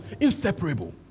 Inseparable